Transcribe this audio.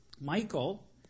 Michael